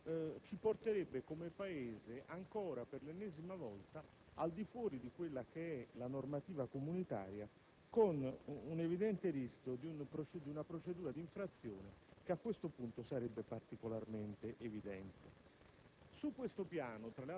di questo profilo ci porterebbe come Paese ancora, per l'ennesima volta, al di fuori della normativa comunitaria, con un evidente rischio di una procedura d'infrazione, che a questo punto sarebbe particolarmente evidente.